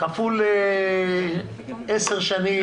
כפול עשר שנים,